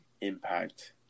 impact